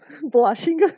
blushing